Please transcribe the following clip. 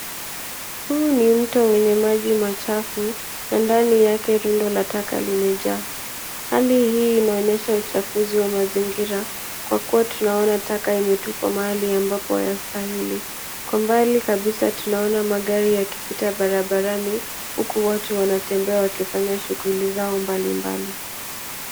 Huu ni mto wenye maji machafu na ndani yake rundo la taka limejaa. Hali hii inaonyesha uchafuzi wa mazingira kwa kuwa tunaona taka imetupwa mahali ambapo haistahili. Kwa mbali kabisa tunaona magari yakipita barabarani huku watu wanatembea wakifanya shughuli zao mbalimbali.